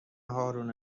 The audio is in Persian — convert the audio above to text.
هارون